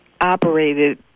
operated